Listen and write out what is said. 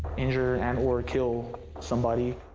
injure and or kill somebody.